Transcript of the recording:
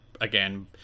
again